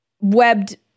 webbed